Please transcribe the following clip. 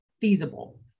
feasible